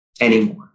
anymore